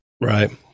right